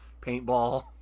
paintball